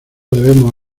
debemos